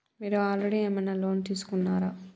మీరు ఆల్రెడీ ఏమైనా లోన్ తీసుకున్నారా?